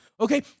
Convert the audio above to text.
Okay